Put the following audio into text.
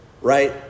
right